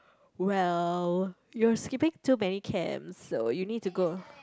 well you're skipping too many camp so you need to go